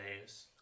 days